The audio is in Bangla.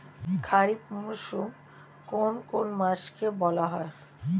খারিফ মরশুম কোন কোন মাসকে বলা হয়?